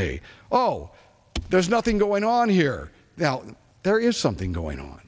me oh there's nothing going on here now there is something going on